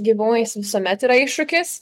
gyvūnais visuomet yra iššūkis